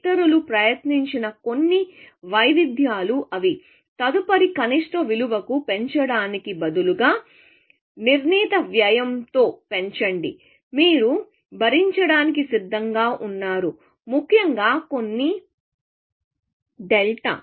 ఇతరులు ప్రయత్నించిన కొన్ని వైవిధ్యాలు అవి తదుపరి కనిష్ట విలువకు పెంచడానికి బదులుగా నిర్ణీత వ్యయంతో పెంచండి మీరు భరించడానికి సిద్ధంగా ఉన్నారు ముఖ్యంగా కొన్ని డెల్టా